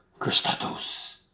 Christatos